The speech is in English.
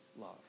love